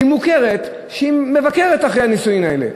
שהיא מוכרת, שמבקרת אחרי הנישואין האלה.